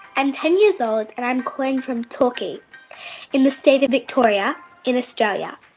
and ten years old, and i'm calling from torquay in the state of victoria in australia.